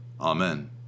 amen